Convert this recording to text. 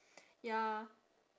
ya